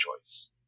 choice